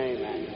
Amen